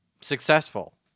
successful